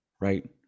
Right